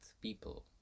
people